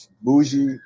bougie